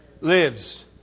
Lives